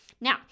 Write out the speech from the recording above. Now